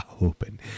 Open